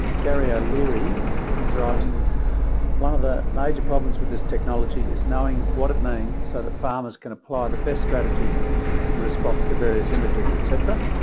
gary o'leary is writing one of the major problems with this technology is knowing what up mane so that farmers can apply the best strategy in response to various images etc